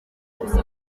gusa